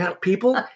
people